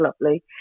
lovely